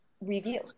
review